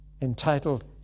entitled